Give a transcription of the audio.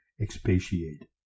expatiate